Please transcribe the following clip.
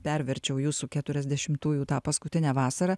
perverčiau jūsų keturiasdešimtųjų tą paskutinę vasarą